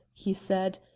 he said,